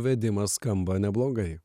vedimas skamba neblogai